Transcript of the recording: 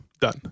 Done